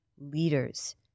leaders